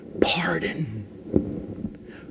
Pardon